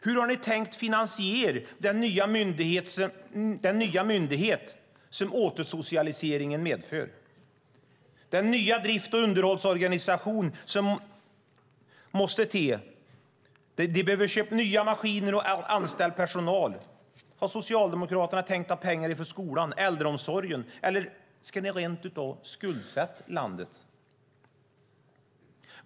Hur har ni tänkt finansiera den nya myndighet som återsocialiseringen medför? Den nya drifts och underhållsorganisation som måste till behöver köpa nya maskiner och anställa personal. Har Socialdemokraterna tänkt ta pengar från skolan eller äldreomsorgen, eller ska ni rent av skuldsätta landet?